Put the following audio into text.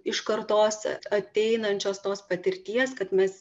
iš kartos ateinančios tos patirties kad mes